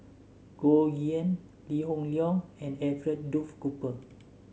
Goh Yihan Lee Hoon Leong and Alfred Duff Cooper